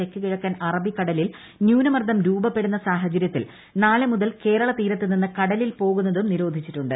തെക്കു കിഴക്കൻ അറബിക്കടലിൽ ന്യൂനമർദ്ദം രൂപ്പപ്പെടുന്ന സാഹചര്യത്തിൽ നാളെ മുതൽ കേരള തീരത്ത് നിന്ന് കടലിൽ പോകുന്നതും നിരോധിച്ചിട്ടുണ്ട്